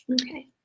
Okay